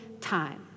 time